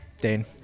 Dane